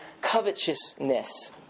covetousness